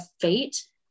fate